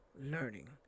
learning